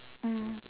mm